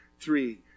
three